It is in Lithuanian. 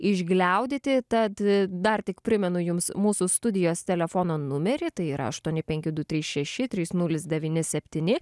išgliaudyti tad dar tik primenu jums mūsų studijos telefono numerį tai yra aštuoni penki du trys šeši trys nulis devyni septyni